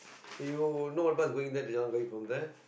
so you know what bus going there to Jalan-Kayu from there